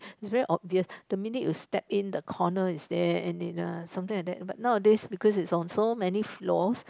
is very obvious the minute you step in the corner is there and in uh something like that but nowadays because it's on so many floors